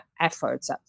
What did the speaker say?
efforts